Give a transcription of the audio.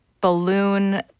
balloon